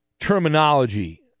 terminology